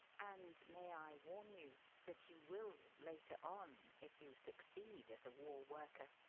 and may i warn you that you will later on, if you succeed as a war-worker,